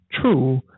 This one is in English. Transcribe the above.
true